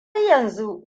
yanzu